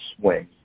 swing